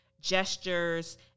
gestures